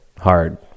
hard